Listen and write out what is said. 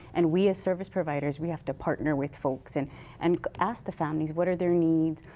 and we as service providers, we have to partner with folks and and ask the families what are their needs,